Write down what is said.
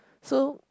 so